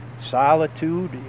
Solitude